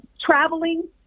traveling